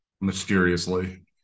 mysteriously